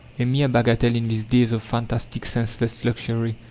a mere bagatelle in these days of fantastic, senseless luxury.